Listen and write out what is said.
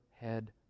head